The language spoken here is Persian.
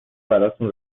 براتون